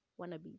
wannabes